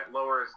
lower